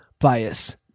bias